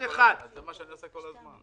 זה מה שאני עושה כל הזמן.